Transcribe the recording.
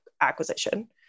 acquisition